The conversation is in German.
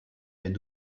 wenn